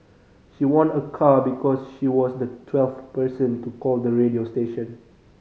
she won a car because she was the twelfth person to call the radio station